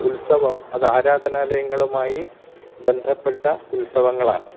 ഉത്സവം അത് ആരാധനാലയങ്ങളുമായി ബന്ധപ്പെട്ട ഉത്സവങ്ങളാണ്